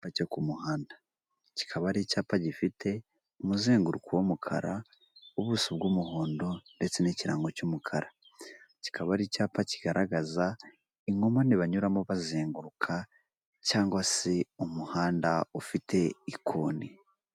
Icyapa cyo ku muhanda kikaba ari icyapa gifite umuzenguruko w'umukara, ubuso bw'umuhondo ndetse n'ikirango cy'umukara, kikaba ari icyapa kigaragaza inkomane banyuramo bazenguruka, cyangwa se umuhanda ufite ikoni.